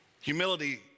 Humility